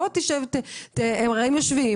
הם יושבים,